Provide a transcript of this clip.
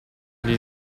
gli